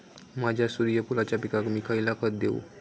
माझ्या सूर्यफुलाच्या पिकाक मी खयला खत देवू?